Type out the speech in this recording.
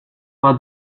pas